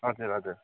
हजुर हजुर